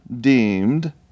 deemed